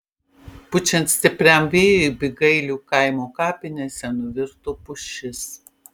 pučiant stipriam vėjui bygailių kaimo kapinėse nuvirto pušis